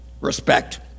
respect